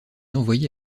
envoyé